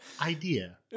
idea